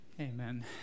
Amen